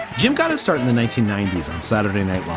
jim got his start in the nineteen ninety s and saturday night